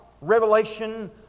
revelation